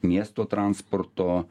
miesto transporto